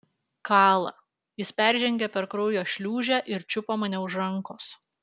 kala jis peržengė per kraujo šliūžę ir čiupo mane už rankos